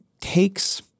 takes